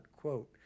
quote